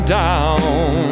down